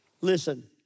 Listen